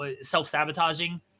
self-sabotaging